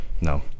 no